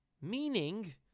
meaning